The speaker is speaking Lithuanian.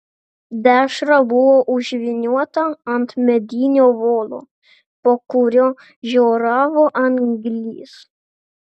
dešra buvo užvyniota ant medinio volo po kuriuo žioravo anglys